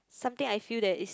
something I feel that is